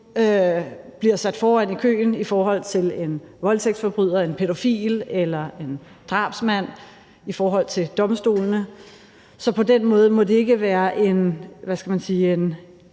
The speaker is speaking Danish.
bliver sat foran i køen i forhold til en voldtægtsforbryder, en pædofil eller en drabsmand ved domstolene. Så på den måde må det ikke være en